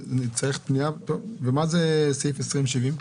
ומה זה סעיף 2070,